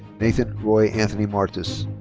nathan roy anthony martus.